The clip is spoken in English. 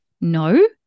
No